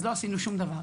אז לא עשינו שום דבר.